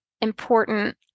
important